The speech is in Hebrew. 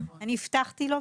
אני הבטחתי לו,